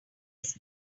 lace